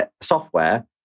software